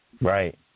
right